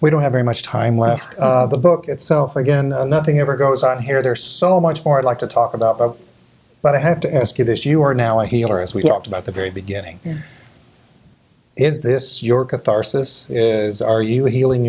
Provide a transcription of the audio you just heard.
we don't have very much time left the book itself again nothing ever goes on here there's so much more like to talk about but i have to ask you this you are now a healer as we talked about the very beginning is this your catharsis is are you healing